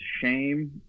shame